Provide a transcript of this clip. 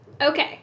Okay